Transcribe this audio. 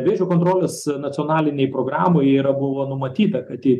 vėžio kontrolės nacionalinėj programoj yra buvo numatyta kad ji